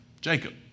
Jacob